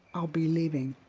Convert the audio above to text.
i'll be leaving.